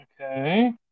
Okay